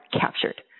captured